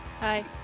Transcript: Hi